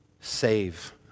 save